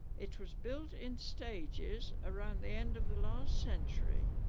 it was built in stages around the end of the last century.